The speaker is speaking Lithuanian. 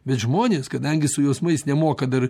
bet žmonės kadangi su jausmais nemoka dar